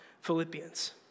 Philippians